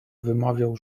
wymawiał